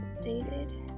Updated